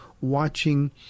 watching